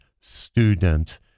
student